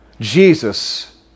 Jesus